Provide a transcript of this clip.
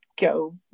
go